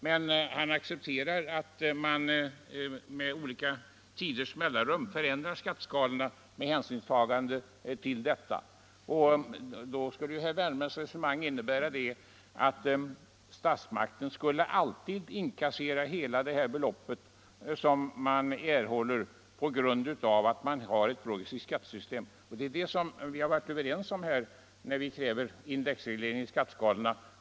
Men han accepterar att man med olika tidsintervall förändrar skatteskalorna med hänsynstagande till detta. Då skulle herr Wärnbergs resonemang innebära att statsmakten alltid skulle inkassera hela det belopp som erhålls på grund av att man har ett progressivt skattesystem. Det är grunden till att vi är överens när vi kräver indexreglering av skatteskalorna.